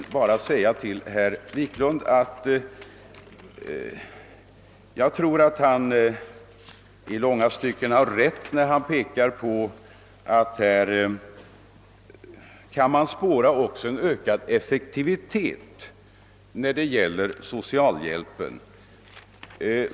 Vidare tror jag att herr Wiklund i många stycken har rätt då han pekar på att det härvidlag också kan spåras en ökning av effektiviteten inom socialhjälpen.